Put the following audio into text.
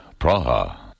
Praha